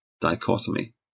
dichotomy